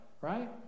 right